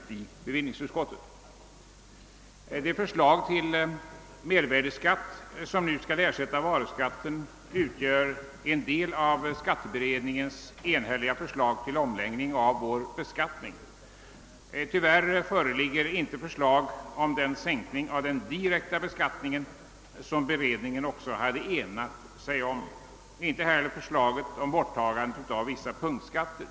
Föreliggande förslag till mervärdeskatt, vilken skall ersätta varuskatten, utgör en del av skatteberedningens enhälliga förslag till omläggning av vår beskattning. Tyvärr föreligger inte något förslag om en sänkning av den direkta beskattningen, vilken beredningen också hade enat sig om, och inte heller dess förslag om borttagande av vissa punktskatter.